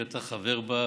שאתה חבר בה,